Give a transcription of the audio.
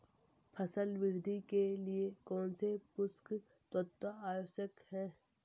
फसल वृद्धि के लिए कौनसे पोषक तत्व आवश्यक हैं?